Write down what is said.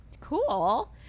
Cool